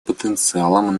потенциалом